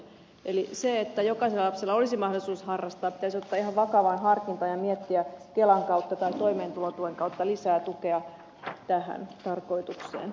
eli se että jokaisella lapsella olisi mahdollisuus harrastaa pitäisi ottaa ihan vakavaan harkintaan ja miettiä kelan kautta tai toimeentulotuen kautta lisää tukea tähän tarkoitukseen